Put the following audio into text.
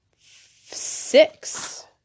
six